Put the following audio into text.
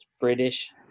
British